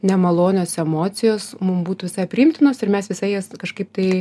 nemalonios emocijos mum būtų visai priimtinos ir mes visai jas kažkaip tai